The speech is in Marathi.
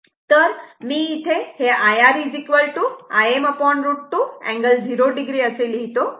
तर मी इथे हे IR Im√ 2 angle 0 o असे लिहितो